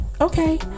okay